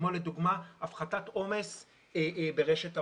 כמו לדוגמה הפחתת עומס ברשת ההולכה.